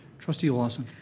trustee lawson.